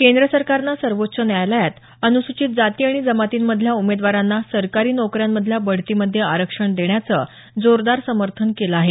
केंद्र सरकारनं सर्वोच्च न्यायालयात अनुसूचित जाती आणि जमातींमधल्या उमेदवारांना सरकारी नोकऱ्या मधल्या बढतीमध्ये आरक्षण देण्याचं जोरदार समर्थन केलं आहे